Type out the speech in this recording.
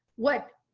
what,